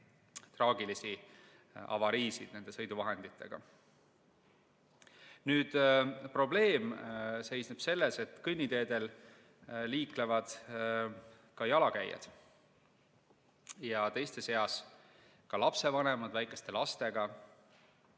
traagilisi avariisid nende sõiduvahenditega. Probleem seisneb selles, et kõnniteedel liiklevad jalakäijad, teiste seas ka lapsevanemad väikeste lastega,